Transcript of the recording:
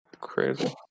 crazy